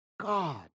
God